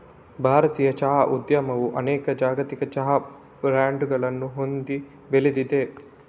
ಭಾರತೀಯ ಚಹಾ ಉದ್ಯಮವು ಅನೇಕ ಜಾಗತಿಕ ಚಹಾ ಬ್ರಾಂಡುಗಳನ್ನು ಹೊಂದಿ ಬೆಳೆದಿದೆ